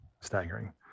staggering